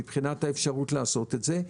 מבחינת האפשרות לעשות את זה,